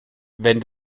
wenn